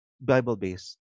Bible-based